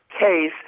case